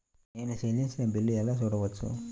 నేను చెల్లించిన బిల్లు ఎలా చూడవచ్చు?